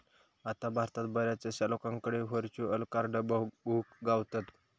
आता भारतात बऱ्याचशा लोकांकडे व्हर्चुअल कार्ड बघुक गावतत